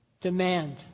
demand